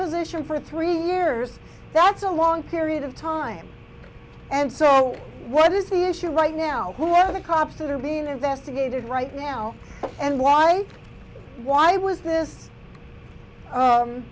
position for three years that's a long period of time and so what is the issue right now who well the cops are being investigated right now and why why was this